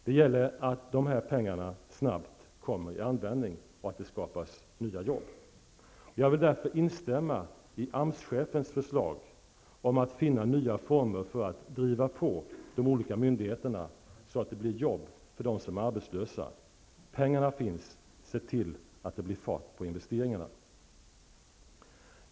Det gäller att dessa pengar snabbt kommer i användning och att det skapas nya jobb. Jag vill därför instämma i AMS-chefens förslag om att finna nya former för att driva på de olika myndigheterna så att det skapas jobb för dem som är arbetslösa. Pengarna finns. Se till att det blir fart på investeringarna!